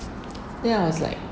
then I was like